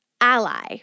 ally